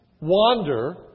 wander